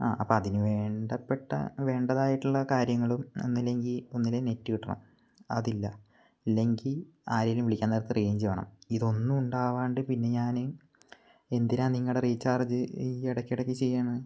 ആ അപ്പം അതിന് വേണ്ടപ്പെട്ട വേണ്ടതായിട്ടുള്ള കാര്യങ്ങളും ഒന്നില്ലെങ്കിൽ ഒന്നിലെ നെറ്റ് കിട്ടണം അതില്ല ഇല്ലെങ്കിൽ ആരേലും വിളിക്കാൻ നേരത്ത് റേഞ്ച് വേണം ഇതൊന്നും ഉണ്ടാവാണ്ട് പിന്നെ ഞാൻ എന്തിനാണ് നിങ്ങളുടെ റീചാർജ് ഈ ഇടക്കിടയ്ക്ക് ചെയ്യണത്